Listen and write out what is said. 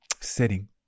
setting